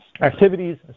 activities